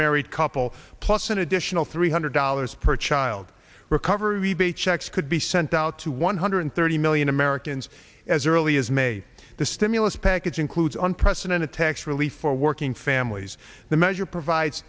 married couple plus an additional three hundred dollars per child recovery rebate checks could be sent out to one hundred thirty million americans as early as may the stimulus package includes unprecedented tax relief for working families the measure provides